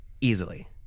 easily